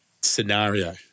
scenario